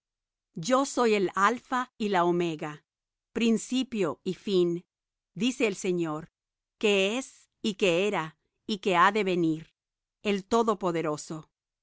yo soy el alpha y la omega principio y fin dice el señor que es y que era y que ha de venir el todopoderoso